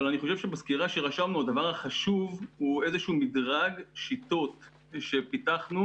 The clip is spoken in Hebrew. אבל בסקירה שרשמנו הדבר החשוב הוא איזשהו מדרג שיטות שפיתחנו,